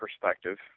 perspective